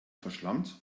verschlampt